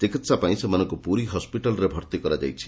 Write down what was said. ଚିକିହା ପାଇଁ ସେମାନଙ୍କୁ ପୁରୀ ହସ୍ପିଟାଲରେ ଭର୍ତ୍ତି କରାଯାଇଛି